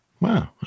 Wow